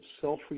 self